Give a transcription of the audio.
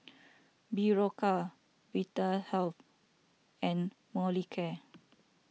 Berocca Vitahealth and Molicare